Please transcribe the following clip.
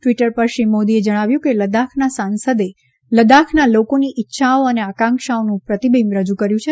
Twitter પર શ્રી મોદીએ જણાવ્યું કે લદ્દાખના સાંસદે લદ્દાખના લોકોની ઇચ્છાઓ અને આકાંક્ષાઓનું પ્રતિબિંબ રજૂ કર્યું છે